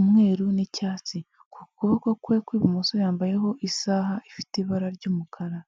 umweru n'icyatsi ku kuboko kwe kw'ibumoso yambayeho isaha ifite ibara ry'umukara.